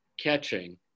catching